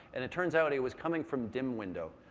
and it turns out it was coming from dim window.